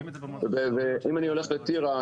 אם אני הולך לטירה,